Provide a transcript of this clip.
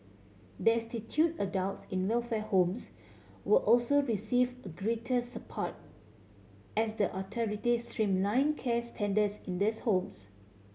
destitute adults in welfare homes will also receive a greater support as the authorities streamline care standards in these homes